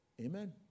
Amen